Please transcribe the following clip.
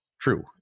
true